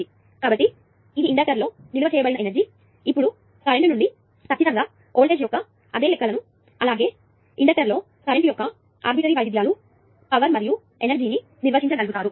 కాబట్టి ఇది ఇండక్టర్లో నిల్వ చేయబడిన ఎనర్జీ ఇప్పుడు మీరు కరెంట్ నుండి ఖచ్చితంగా వోల్టేజ్ యొక్క అదే లెక్కలను అలాగే ఇండక్టర్ లో కరెంట్ యొక్క ఆర్బిట్రరీ వైవిద్యాలు పవర్ మరియు ఎనర్జీని నిర్వహించగలుగుతారు